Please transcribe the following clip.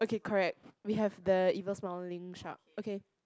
okay correct we have the evil smiling shark okay